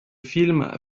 film